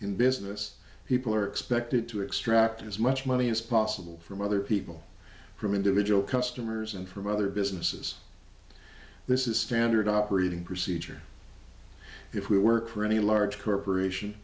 in business people are expected to extract as much money as possible from other people from individual customers and from other businesses this is standard operating procedure if we work for any large corporation